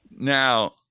Now